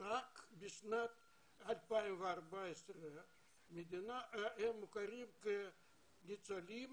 רק בשנת 2014 הם מוכרים כניצולים